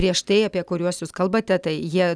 prieš tai apie kuriuos jūs kalbate tai jie